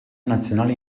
nazionali